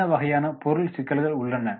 என்ன வகையான பொருள் சிக்கல்கள் உள்ளன